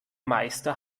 meister